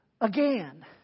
again